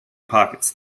pockets